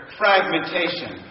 fragmentation